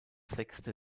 sechste